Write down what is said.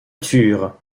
turent